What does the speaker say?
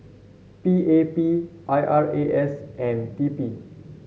P A P I R A S and T P